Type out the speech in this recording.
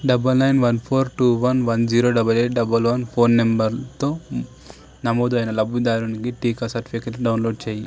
double nine one four two one zero double eight double one phone నంబరుతో నమోదు అయిన లబ్ధిదారునికి టీకా సర్టిఫికేట్లు డౌన్లోడ్ చేయి